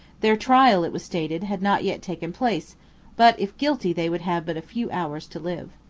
their trial, it was stated, had not yet taken place but if guilty they would have but a few hours to live.